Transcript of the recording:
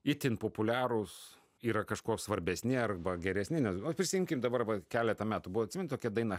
itin populiarūs yra kažkuo svarbesni arba geresni nes ot prisiminkim dabar vat keletą metų buvo atsimeni tokia daina